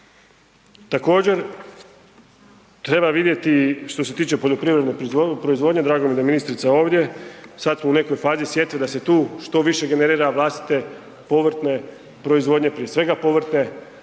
Također, treba vidjeti što se tiče poljoprivredne proizvodnje, drago mi je da je ministrica ovdje, sad smo u nekoj fazi sjetve da se tu što više generira vlastite povrtne proizvodnje, prije svega povrtne